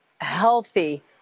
healthy